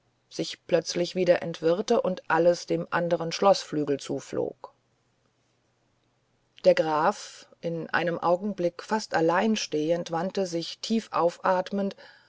sich plötzlich wieder entwirrte und alles dem andern schloßflügel zuflog der graf in einem augenblick fast allein stehend wandte sich tief aufatmend